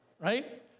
right